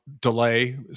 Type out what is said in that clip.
delay